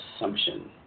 assumption